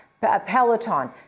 Peloton